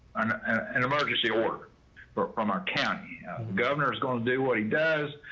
an and emergency order but from our county governor is going to do what he does.